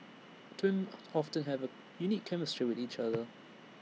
twins often have A unique chemistry with each other